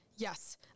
Yes